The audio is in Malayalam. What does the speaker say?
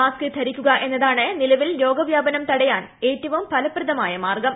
മാസ്ക് ധരിക്കുക എന്നതാണ് നിലവിൽ രോഗവ്യാപനം തടയാൻ ഏറ്റവും ഫലപ്രദമായ മാർഗം